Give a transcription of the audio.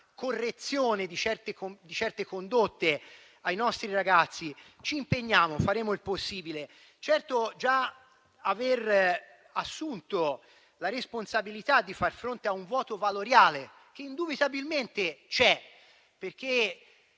correzione di certe condotte dei nostri ragazzi. Ci impegniamo e faremo il possibile. Abbiamo assunto la responsabilità di far fronte a un vuoto valoriale, che indubitabilmente c'è.